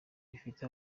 bifite